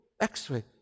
x-ray